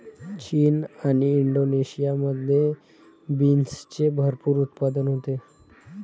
चीन आणि इंडोनेशियामध्ये बीन्सचे भरपूर उत्पादन होते